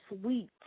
sweet